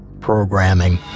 Programming